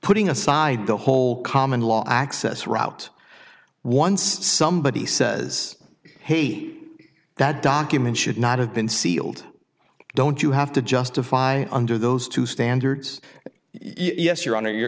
putting aside the whole common law access route once somebody says hate that documents should not have been sealed don't you have to justify under those two standards yes your honor your